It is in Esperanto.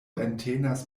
entenas